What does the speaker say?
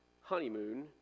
honeymoon